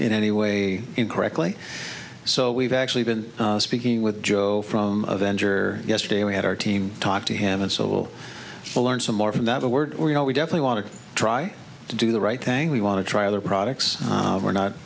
in any way incorrectly so we've actually been speaking with joe from a vendor yesterday we had our team talk to him and so we'll learn some more from that a word or you know we definitely want to try to do the right thing we want to try other products we're not